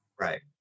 Right